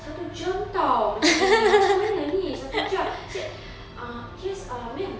satu jam tahu macam gini macam mana ni satu jam I said uh yes uh ma'am